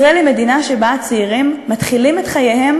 ישראל היא מדינה שבה הצעירים מתחילים את חייהם